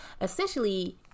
Essentially